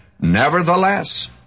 Nevertheless